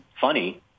funny